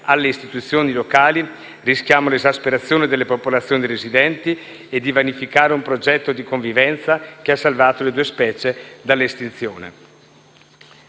alle istituzioni locali, rischiamo l'esasperazione delle popolazioni residenti e di vanificare un progetto di convivenza che ha salvato le due specie dall'estinzione.